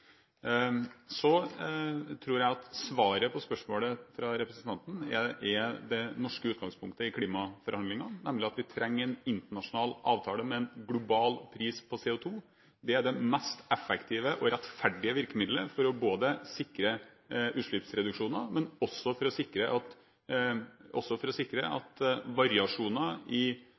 Så tror jeg at svaret på spørsmålet fra representanten er det norske utgangspunktet i klimaforhandlingene, nemlig at vi trenger en internasjonal avtale med en global pris på CO2. Det er det mest effektive og rettferdige virkemiddelet både for å sikre utslippsreduksjoner og for å sikre at variasjoner i